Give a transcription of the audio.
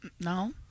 No